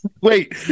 Wait